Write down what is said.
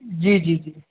जी जी जी